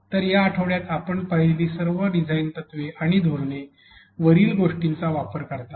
तर या आठवड्यात आपण पाहीलेली सर्व डिझाइन तत्त्वे आणि धोरणे वरील गोष्टींचा वापर करतात